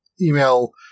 email